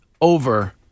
over